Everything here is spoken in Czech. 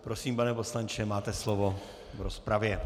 Prosím, pane poslanče, máte slovo v rozpravě.